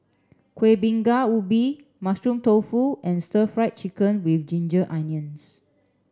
Kueh Bingka Ubi Mushroom Tofu and Stir Fried Chicken with Ginger Onions